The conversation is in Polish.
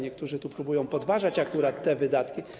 Niektórzy tu próbują podważać akurat te wydatki.